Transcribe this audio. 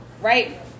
right